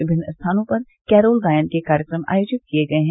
विभिन्न स्थानों पर कैरोल गायन के कार्यक्रम आयोजित किये गये हैं